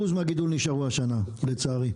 מהגידול נשארו השנה, לצערי.